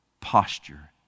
posture